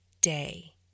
day